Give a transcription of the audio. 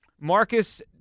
Marcus